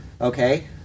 Okay